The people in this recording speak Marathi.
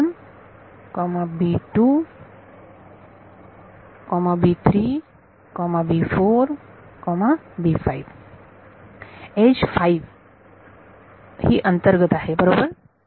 एज 5 ही अंतर्गत आहे बरोबर